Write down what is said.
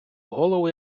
голову